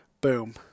boom